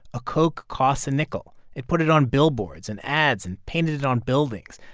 a coke costs a nickel. it put it on billboards and ads and painted it on buildings,